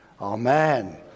Amen